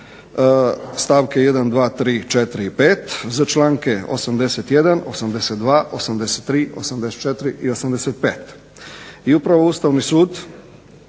stavke 1., 2., 3., 4. i 5., za članke 81., 82., 83., 84. i 85. I upravo Ustavni sud